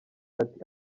ati